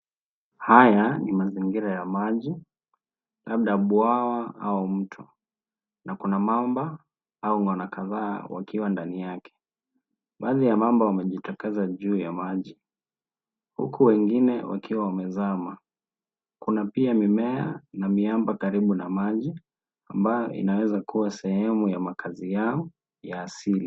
Haya ni mazingira ya maji, labda bwawa au mto na kuna mamba au wana kadhaa wakiwa ndani yake. Baadhi ya mamba wamejitakasa juu ya maji, huku wengine wakiwa wamezama. Kuna pia mimea na miamba karibu na maji, ambayo inaweza kuwa sehemu ya makazi yao ya asili.